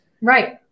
Right